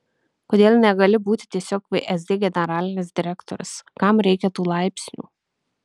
kodėl negali būti tiesiog vsd generalinis direktorius kam reikia tų laipsnių